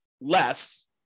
Less